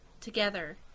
Together